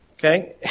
Okay